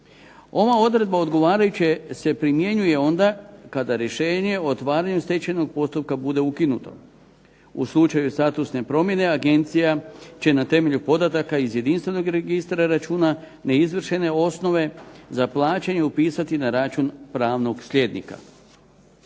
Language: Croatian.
Ova odredba odgovarajuće se primjenjuje onda kada rješenje o otvaranju postupka bude ukinuto. U slučaju statusne promjene Agencija će na temelju podataka iz jedinstvenog računa registra neizvršene osnove za plaćanje upisati na račun pravnog slijednika.